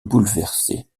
bouleversée